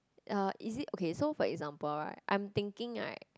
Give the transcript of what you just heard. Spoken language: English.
uh is it okay so for example right I'm thinking right